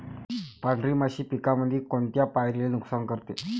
पांढरी माशी पिकामंदी कोनत्या पायरीले नुकसान करते?